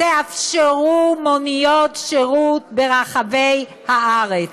תאפשרו מוניות שירות ברחבי הארץ.